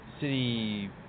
city